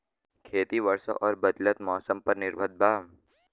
खेती वर्षा और बदलत मौसम पर निर्भर बा